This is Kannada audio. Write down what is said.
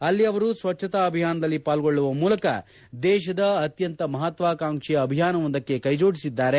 ಅಲ್ಲಿ ಅವರು ಸ್ವಚ್ವತಾ ಅಭಿಯಾನದಲ್ಲಿ ಪಾಲ್ಗೊಳ್ಳುವ ಮೂಲಕ ದೇಶದ ಅತ್ತಂತ ಮಹತ್ವಾಕಾಂಕ್ಷೆಯ ಅಭಿಯಾನವೊಂದಕ್ಕೆ ಕೈಜೋಡಿಸಿದ್ದಾರೆ